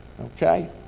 okay